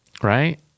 Right